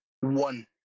one